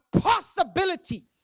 possibility